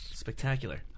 Spectacular